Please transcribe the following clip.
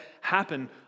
happen